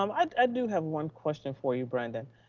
um i ah do have one question for you, brandon,